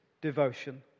devotion